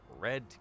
red